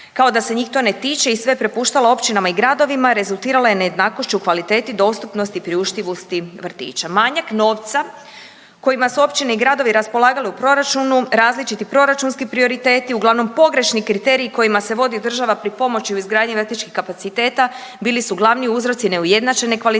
kao da se njih to ne tiče i sve prepuštala općinama i gradovima rezultirala je nejednakošću u kvaliteti dostupnosti i priuštivosti vrtića. Manjak novca kojima su općine i gradovi raspolagale u proračunu različiti proračunski prioriteti. Uglavnom pogrešni kriteriji kojima se vodi država pri pomoći u izgradnji vrtićkih kapaciteta bili su glavni uzroci neujednačene kvalitete,